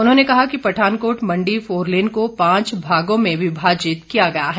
उन्होंने कहा कि पठानकोट मण्डी फोरलेन को पांच भागों में विभाजित किया गया है